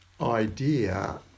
idea